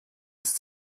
ist